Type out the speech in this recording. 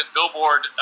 Billboard